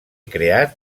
creat